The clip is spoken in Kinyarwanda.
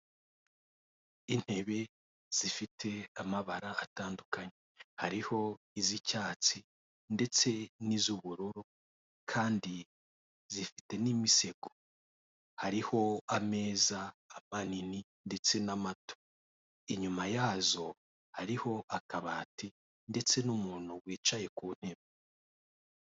Intebe zifite amabara atandukanye hariho iz'icyatsi ndetse n'izubururu kandi zifite n'imisego, hariho ameza manini ndetse n'amato, inyuma yazo hariho akabati ndetse n'umuntu wicaye ku ntebe.